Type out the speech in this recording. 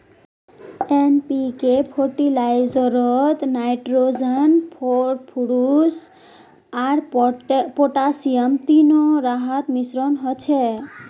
NPK फ़र्टिलाइज़रोत nitrogen, phosphorus आर potassium तीनो रहार मिश्रण होचे